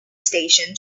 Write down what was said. station